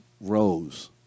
rose